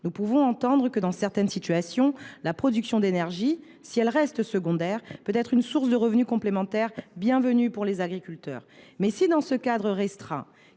Nous pouvons entendre que, dans certaines situations, la production d’énergie, si elle reste secondaire, peut constituer une source de revenus complémentaires bienvenue pour les agriculteurs. Mais si, dans ce cadre restreint,